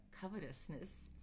covetousness